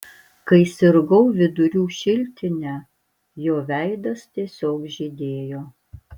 kai sirgau vidurių šiltine jo veidas tiesiog žydėjo